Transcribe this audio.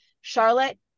Charlotte